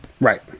Right